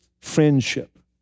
friendship